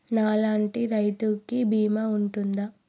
నా లాంటి రైతు కి బీమా ఉంటుందా?